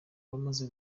abamaze